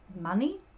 money